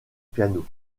piano